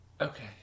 Okay